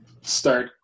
start